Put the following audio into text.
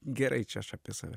gerai čia aš apie save